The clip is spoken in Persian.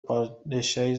پادشاهی